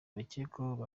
bakekwaho